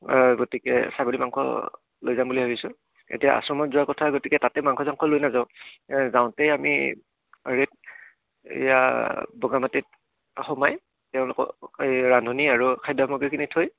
গতিকে ছাগলী মাংস লৈ যাম বুলি ভাবিছোঁ এতিয়া আশ্ৰমত যোৱাৰ কথা গতিকে তাতে মাংস চাংস লৈ নাযাওঁ যাওঁতেই আমি ৰেট এয়া বগা মাটিত সোমাই তেওঁলোকক এই ৰান্ধনি আৰু খাদ্য সামগ্ৰীখিনি থৈ